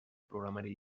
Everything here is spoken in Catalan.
programari